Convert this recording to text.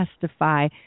testify